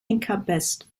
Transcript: encompassed